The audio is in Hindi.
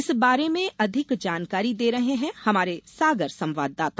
इस बारे में अधिक जानकारी दे रहे हैं हमारे सागर संवाददाता